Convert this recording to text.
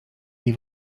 nie